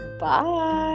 Bye